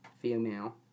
Female